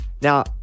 now